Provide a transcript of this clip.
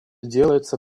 делается